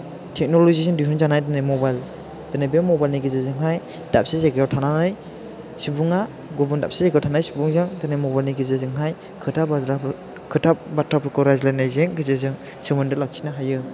टेक्नलजिजों दिहुन जानाय दिनै मबाइल दिनै बे मबाइलनि गेजेरजोंहाय दाबसे जायगायाव थानानै सुबुङा गुबुन दाबसे जायगायाव थानाय सुबुंजों दिनै मबाइलनि गेजेरजोंहाय खोथा बाथ्राफोर खोथा बाथ्राफोरखौ रायलायनायजों गेजेरजों सोमोन्दो लाखिनो हायो